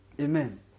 Amen